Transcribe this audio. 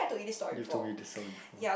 you told me this one before